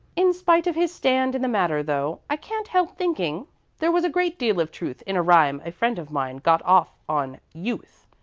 in spite of his stand in the matter, though, i can't help thinking there was a great deal of truth in a rhyme a friend of mine got off on youth.